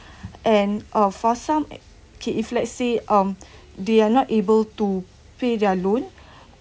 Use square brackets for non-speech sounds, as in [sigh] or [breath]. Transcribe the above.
[breath] and or for some K if let's say um they are not able to pay their loan [breath]